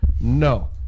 No